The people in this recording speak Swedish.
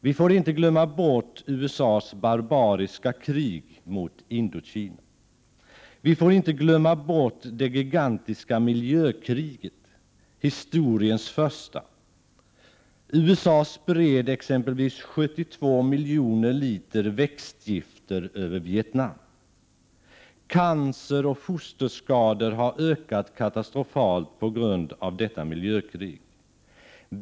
Vi får inte glömma bort USA:s barbariska krig mot Indokina. Vi får inte glömma bort det gigantiska miljökriget, historiens första. USA spred exempelvis 72 miljoner liter växtgifter över Vietnam. Antalet cancerfall och fosterskador har ökat katastrofalt på grund av detta miljökrig.